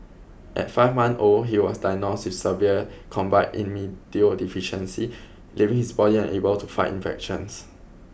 at five months old he was diagnosed with severe combined immunodeficiency leaving his body unable to fight infections